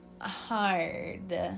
hard